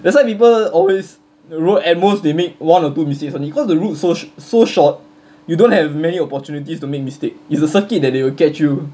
that's why people always ro~ at most they make one or two mistakes only cause the route so sh~ so short you don't have many opportunities to make mistake is the circuit that they will get you